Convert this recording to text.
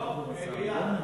רוצים מליאה.